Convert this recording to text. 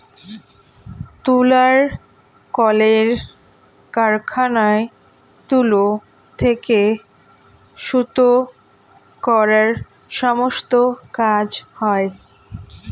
তুলার কলের কারখানায় তুলো থেকে সুতো করার সমস্ত কাজ হয়